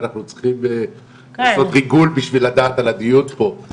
ואנחנו צריכים לעשות ריגול בשביל לדעת על הדיון פה,